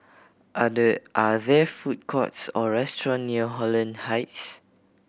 are there are there food courts or restaurant near Holland Heights